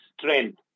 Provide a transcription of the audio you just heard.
strength